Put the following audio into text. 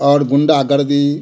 और गुंडागर्दी